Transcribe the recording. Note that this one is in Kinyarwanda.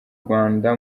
rwanda